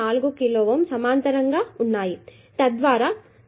4 కిలోΩ సమాంతరంగా ఉన్నాయి తద్వారా దీని నుండి 1